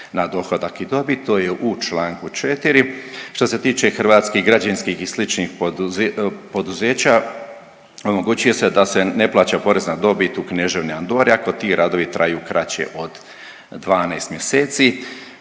na dohodak i dobit, to je u čl. 4.. Što se tiče hrvatskih građevinskih i sličnih poduzeća omoguće se da se ne plaća porez na dobit u Kneževini Andori ako ti radovi traju kraće od 12 mjeseci.